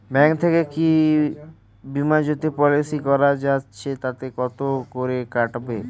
Bank থেকে কী Bima Jyoti policy করা যাচ্ছে তাতে কত করে কাটবে?